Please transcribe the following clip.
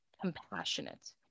compassionate